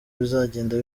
bizagenda